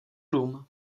rum